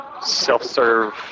self-serve